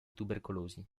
tubercolosi